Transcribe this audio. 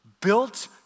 built